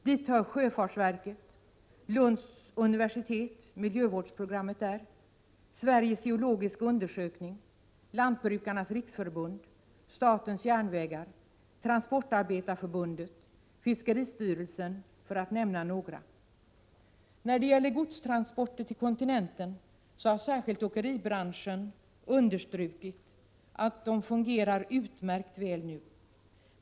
Dit hör sjöfartsverket, Lunds universitets miljövårdsprogram, Sveriges geologiska undersökning, Lantbrukarnas riksförbund, statens järnvägar, Transportarbetarförbundet och fiskeristyrelsen för att nämna några. När det gäller godstransporter till kontinenten har särskilt åkeribranschen understrukit att de fungerar utmärkt väl nu.